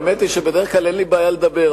האמת היא שבדרך כלל אין לי בעיה לדבר,